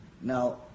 Now